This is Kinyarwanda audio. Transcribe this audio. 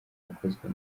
yakozwe